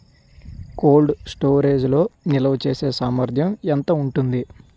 Cold storage లో నిల్వచేసేసామర్థ్యం ఎంత ఉంటుంది?